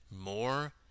more